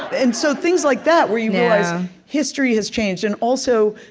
and so things like that, where you realize history has changed. and also,